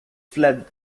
fled